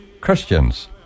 Christians